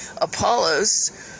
Apollos